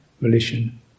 volition